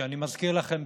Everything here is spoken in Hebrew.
ואני מזכיר לכם,